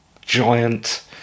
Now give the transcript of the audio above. giant